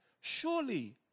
surely